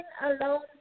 alone